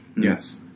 Yes